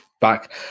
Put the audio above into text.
back